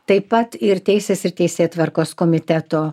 taip pat ir teisės ir teisėtvarkos komiteto